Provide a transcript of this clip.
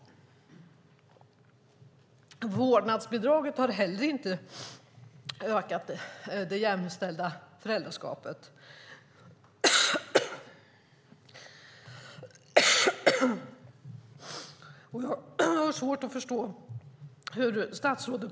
Vårdnadsbidraget har inte heller ökat det jämställda föräldraskapet.